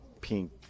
pink